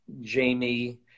Jamie